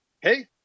hey